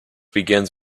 begins